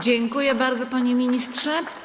Dziękuję bardzo, panie ministrze.